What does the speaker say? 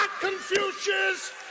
Confucius